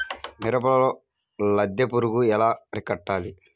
మిరపలో లద్దె పురుగు ఎలా అరికట్టాలి?